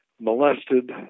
molested